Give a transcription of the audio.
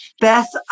Beth